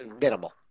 Minimal